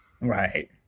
Right